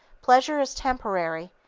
pleasure is temporary,